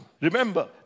remember